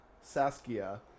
Saskia